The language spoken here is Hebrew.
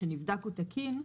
שנבדק הוא תקין,